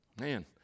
Man